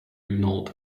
ignored